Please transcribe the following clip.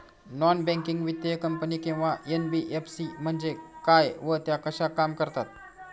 Non banking वित्तीय company किंवा NBFC म्हणजे काय व त्या कशा काम करतात?